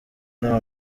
nta